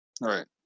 Right